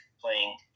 playing